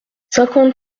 cinquante